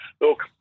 look